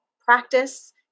practice